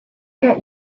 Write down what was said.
get